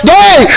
day